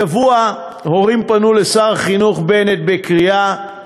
השבוע הורים פנו לשר החינוך בנט בקריאה,